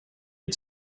had